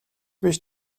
биш